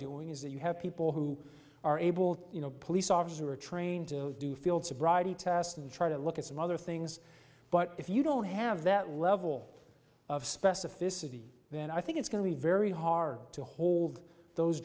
doing is that you have people who are able to you know police officers who are trained to do field sobriety test and try to look at some other things but if you don't have that level of specificity then i think it's going to be very hard to hold those